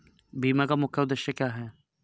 बीमा का मुख्य उद्देश्य क्या है?